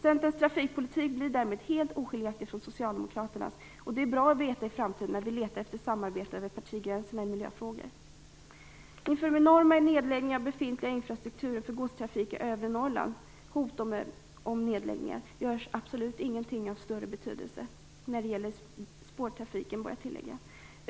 Centerns trafikpolitik blir därmed helt oskiljaktig från Socialdemokraternas. Det är bra att veta inför framtiden när man letar efter samarbete över partigränserna i miljöfrågor. Inför hot om enorma nedläggningar av befintliga infrastrukturer för godstrafik i övre Norrland görs absolut ingenting av större betydelse när det gäller spårtrafiken.